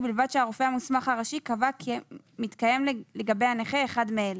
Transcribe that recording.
ובלבד שהרופא המוסמך הראשי קבע כי מתקיים לגבי הנכה אחד מאלה: